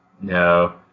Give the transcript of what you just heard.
no